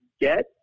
get